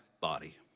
body